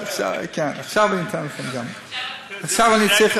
שמעזים לצאת נגד אותם קיצונים ולהתגייס,